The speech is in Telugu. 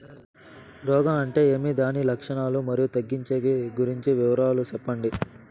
రోగం అంటే ఏమి దాని లక్షణాలు, మరియు తగ్గించేకి గురించి వివరాలు సెప్పండి?